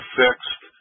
fixed